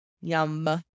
Yum